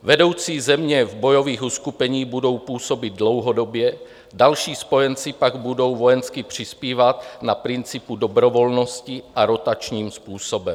Vedoucí země v bojových uskupeních budou působit dlouhodobě, další spojenci pak budou vojensky přispívat na principu dobrovolnosti a rotačním způsobem.